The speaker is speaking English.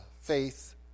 faith